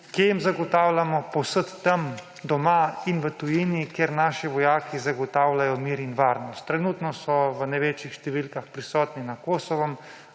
jim jo zagotavljamo povsod tam, doma in v tujini, kjer naši vojaki zagotavljajo mir in varnost. Trenutno so v največjih številkah prisotni na Kosovu,